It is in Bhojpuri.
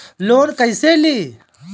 लोन कईसे ली?